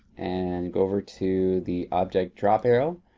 and go over to the object drop arrow.